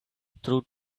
through